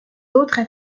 autres